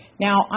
Now